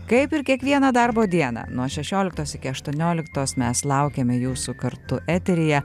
kaip ir kiekvieną darbo dieną nuo šešioliktos iki aštuonioliktos mes laukiame jūsų kartu eteryje